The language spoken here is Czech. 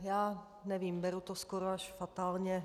Já nevím, beru to skoro až fatálně.